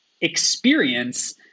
experience